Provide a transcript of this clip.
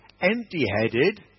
empty-headed